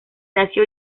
nació